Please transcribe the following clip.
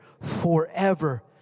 forever